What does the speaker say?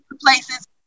places